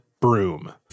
broom